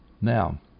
Now